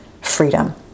freedom